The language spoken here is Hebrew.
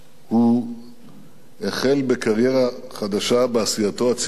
הוא החל בקריירה חדשה בעשייתו הציבורית,